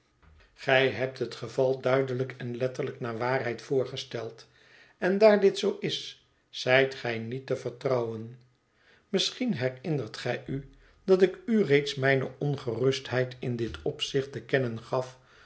gij hebt het geval zeer stmmm het verlaten huis duidelijk en letterlijk naar waarheid voorgesteld en daar dit zoo is zijt gij niet te vertrouwen misschien herinnert gij u dat ik u reeds mijne ongerustheid in dit opzicht te kennen gaf